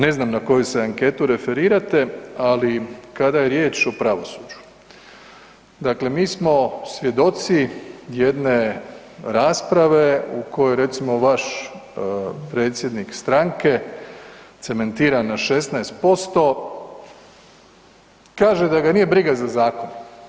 Ne znam na koju se anketu referirate, ali kada je riječ o pravosuđu, dakle mi smo svjedoci jedne rasprave u kojoj recimo, vaš predsjednik stranke cementira na 16%, kaže da ga nije briga za zakon.